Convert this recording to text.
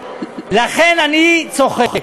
לכן אני צוחק,